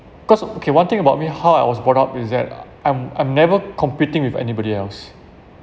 cause okay one thing about me how I was brought up is that uh I'm I'm never competing with anybody else